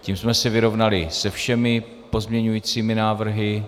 Tím jsme se vyrovnali se všemi pozměňovacími návrhy.